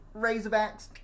Razorbacks